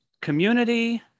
community